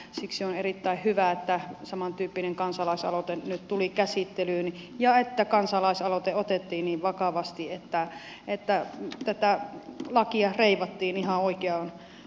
siksi on erittäin hyvä että samantyyppinen kansalaisaloite nyt tuli käsittelyyn ja että kansalaisaloite otettiin niin vakavasti että tätä lakia reivattiin ihan oikeaan suuntaan